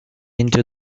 into